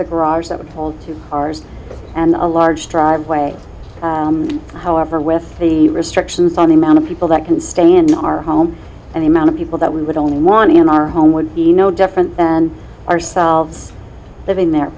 the garage at all hours and a large driveway however with the restrictions on the amount of people that can stay in our home and the amount of people that we would only want in our home would be no different than ourselves living there